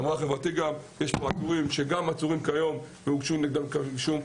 חברתי גם אמרה שיש פה עצורים אשר עצורים כיום והוגשו נגדם כתבי אישום.